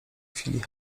chwili